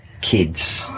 kids